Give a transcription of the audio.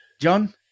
John